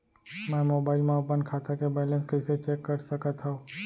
मैं मोबाइल मा अपन खाता के बैलेन्स कइसे चेक कर सकत हव?